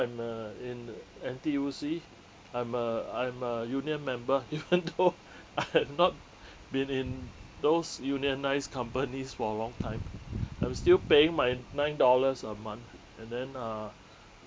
I'm uh in N_T_U_C I'm a I'm a union member even though I had not been in those unionised companies for a long time I'm still paying my nine dollars a month and then uh